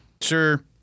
Sure